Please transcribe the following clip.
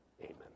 Amen